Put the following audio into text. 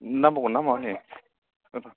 नांबावगोन नामा नै